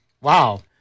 Wow